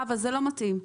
חוה, זה לא מתאים.